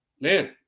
man